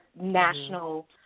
national